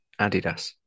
Adidas